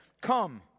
Come